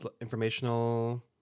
informational